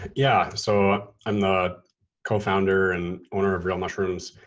yeah. so i'm the co-founder and owner of real mushrooms.